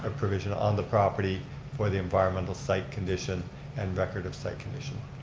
ah provision on the property for the environmental site condition and record of site condition.